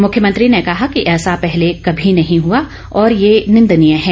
मुख्यमंत्री ने कहा कि ऐसा पहले कभी नहीं हुआ और यह निंदनीय है